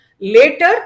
Later